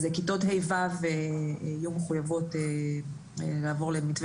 אז כיתות ה'-ו' יהיו מחויבות לעבור למתווה